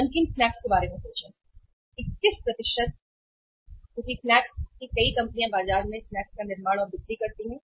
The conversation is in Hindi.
नमकीन स्नैक्स के बारे में सोचें 21 क्योंकि स्नैक्स कई कंपनियां बाजार में स्नैक्स का निर्माण और बिक्री करती हैं